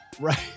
Right